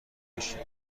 بشین